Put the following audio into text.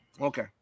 Okay